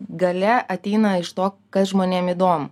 galia ateina iš to kas žmonėm įdomu